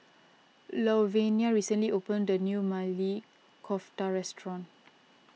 Louvenia recently opened a new Maili Kofta restaurant